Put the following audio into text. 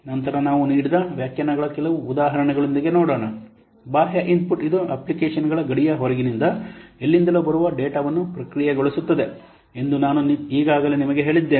ನಂತರ ನಾವು ನೀಡಿದ ವ್ಯಾಖ್ಯಾನಗಳ ಕೆಲವು ಉದಾಹರಣೆಗಳೊಂದಿಗೆ ನೋಡೋಣ ಬಾಹ್ಯ ಇನ್ಪುಟ್ ಇದು ಅಪ್ಲಿಕೇಶನ್ಗಳ ಗಡಿಯ ಹೊರಗಿನಿಂದ ಎಲ್ಲಿಂದಲೋ ಬರುವ ಡೇಟಾವನ್ನು ಪ್ರಕ್ರಿಯೆಗೊಳಿಸುತ್ತದೆ ಎಂದು ನಾನು ಈಗಾಗಲೇ ನಿಮಗೆ ಹೇಳಿದ್ದೇನೆ